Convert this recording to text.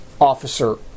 officer